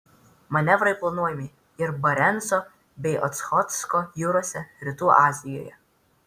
manevrai planuojami ir barenco bei ochotsko jūrose rytų azijoje